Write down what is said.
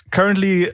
Currently